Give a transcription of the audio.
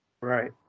right